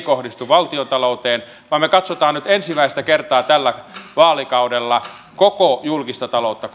kohdistu valtion talouteen vaan me katsomme nyt ensimmäistä kertaa tällä vaalikaudella koko julkista taloutta